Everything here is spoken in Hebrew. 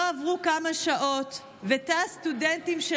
לא עברו כמה שעות ותא סטודנטים של